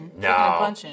No